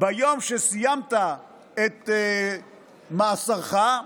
ביום שסיימת את מאסרך,